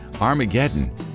Armageddon